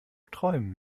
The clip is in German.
träumen